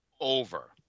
over